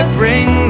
bring